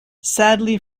sadly